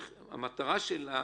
המטרה של זה